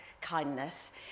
kindness